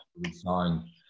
design